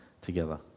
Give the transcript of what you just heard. together